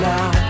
Now